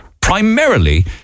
primarily